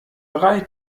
drei